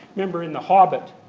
remember in the hobbit